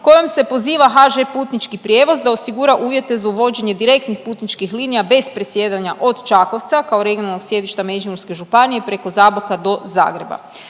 kojom se poziva HŽ Putnički prijevoz da osigura uvjete za uvođenje direktnih putničkih linija bez presjedanja od Čakovca kao regionalnog sjedišta Međimurske županije preko Zaboka do Zagreba.